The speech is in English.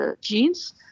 genes